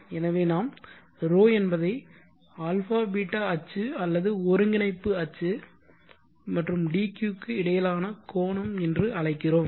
எனவே நாம் 𝜌 என்பதை αβ அச்சு அல்லது ஒருங்கிணைப்பு அச்சு மற்றும் dq க்கு இடையிலான கோணம் என்று அழைக்கிறோம்